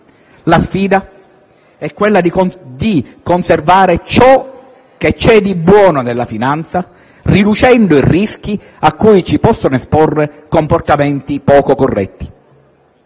La sfida è conservare ciò che c'è di buono nella finanza riducendo i rischi a cui ci possono esporre comportamenti poco corretti.